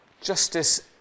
Justice